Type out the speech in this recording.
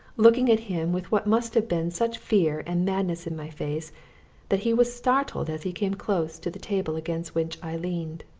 looking at him with what must have been such fear and madness in my face that he was startled as he came close to the table against which i leaned.